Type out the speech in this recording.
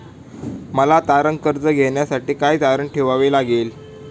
मला तारण कर्ज घेण्यासाठी काय तारण ठेवावे लागेल?